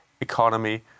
economy